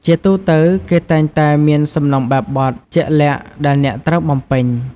ជាទូទៅ គេតែងតែមានសំណុំបែបបទជាក់លាក់ដែលអ្នកត្រូវបំពេញ។